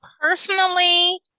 Personally